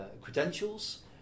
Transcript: credentials